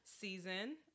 season